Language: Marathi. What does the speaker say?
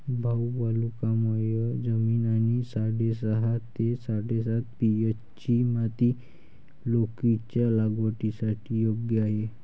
भाऊ वालुकामय जमीन आणि साडेसहा ते साडेसात पी.एच.ची माती लौकीच्या लागवडीसाठी योग्य आहे